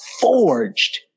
forged